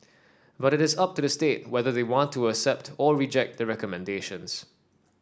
but it is up to the state whether they want to accept or reject the recommendations